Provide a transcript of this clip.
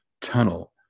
tunnel